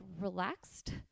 relaxed